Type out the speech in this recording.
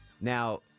Now